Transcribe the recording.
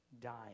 dying